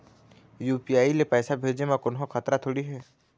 UPI ले पैसे भेजे म कोन्हो खतरा थोड़ी हे?